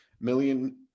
million